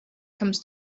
comes